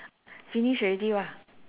finish already !wah!